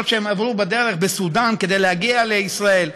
באמת שהם עברו בדרך בסודאן כדי להגיע לישראל.